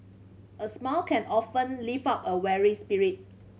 a smile can often lift up a weary spirit